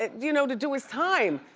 you know, to do his time.